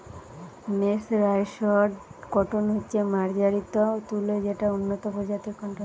mercerised cotton হচ্ছে মার্জারিত তুলো যেটা উন্নত প্রজাতির কট্টন